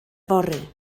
fory